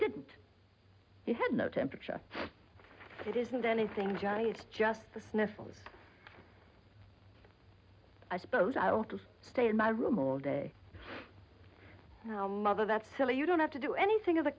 didn't he had no temperature it isn't anything johnny it's just the sniffles i suppose i ought to stay in my room all day mother that's so that you don't have to do anything of the